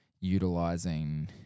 utilizing